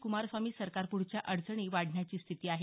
कुमारस्वामी सरकारपुढच्या अडचणी वाढण्याची स्थिती आहे